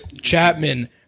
Chapman